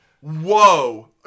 Whoa